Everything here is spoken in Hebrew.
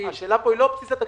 --- השאלה פה היא לא בסיס התקציב.